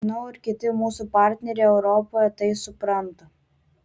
kiek žinau ir kiti mūsų partneriai europoje tai supranta